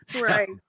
Right